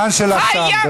הזמן שלך תם.